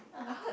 (uh huh)